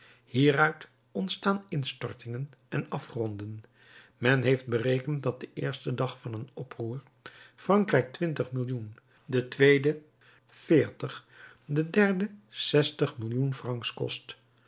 hieruit ontstaan instortingen en afgronden men heeft berekend dat de eerste dag van een oproer frankrijk twintig millioen de tweede veertig de derde zestig millioen francs kost